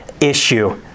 issue